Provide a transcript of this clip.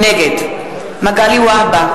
נגד מגלי והבה,